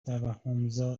توهمزا